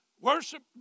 Worship